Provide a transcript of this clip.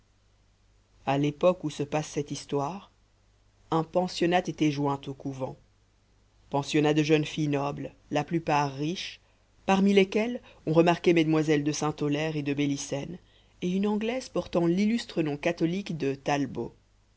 à l'époque où se passe cette histoire un pensionnat était joint au couvent pensionnat de jeunes filles nobles la plupart riches parmi lesquelles on remarquait mesdemoiselles de sainte aulaire et de bélissen et une anglaise portant l'illustre nom catholique de talbot